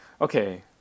okay